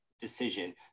decision